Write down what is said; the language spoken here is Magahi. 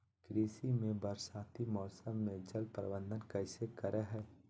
कृषि में बरसाती मौसम में जल प्रबंधन कैसे करे हैय?